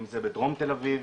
אם זה בדרום תל אביב,